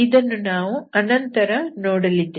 ಇದನ್ನು ನಾವು ಆನಂತರ ನೋಡಲಿದ್ದೇವೆ